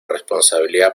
responsabilidad